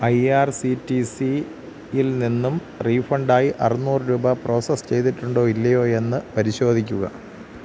I R C T C ഇൽ നിന്നും റീഫണ്ടായി അറുന്നൂറ് രൂപ പ്രോസസ്സ് ചെയ്തിട്ടുണ്ടോ ഇല്ലയോ എന്ന് പരിശോധിക്കുക